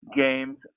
games